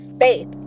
faith